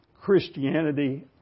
Christianity